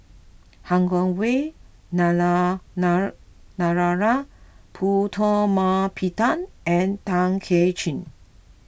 Han Guangwei Narana Narara Putumaippittan and Tay Kay Chin